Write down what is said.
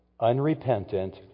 unrepentant